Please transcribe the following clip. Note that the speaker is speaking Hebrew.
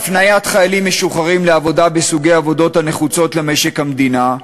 הפניית חיילים משוחררים לעבודה בסוגי עבודות הנחוצות למשק המדינה,